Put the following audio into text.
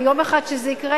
ויום אחד כשזה יקרה,